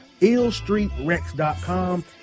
illstreetrex.com